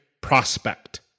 prospect